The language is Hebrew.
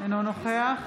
בעד